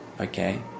okay